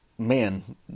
Man